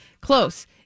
close